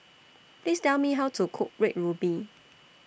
Please Tell Me How to Cook Red Ruby